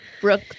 Brooke